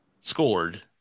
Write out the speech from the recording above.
scored